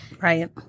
Right